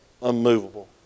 unmovable